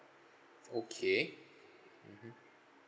okay mmhmm